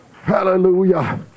hallelujah